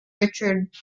richard